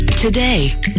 Today